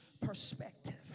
perspective